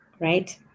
right